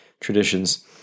traditions